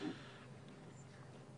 ניצן: